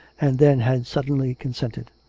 and then had suddenly consented.